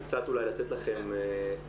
ואולי קצת אולי לתת לכם סקירה.